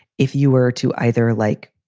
if you were to either, like,